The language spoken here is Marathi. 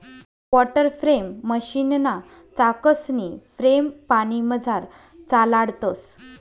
वाटरफ्रेम मशीनना चाकसनी फ्रेम पानीमझार चालाडतंस